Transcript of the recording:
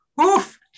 oof